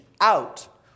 out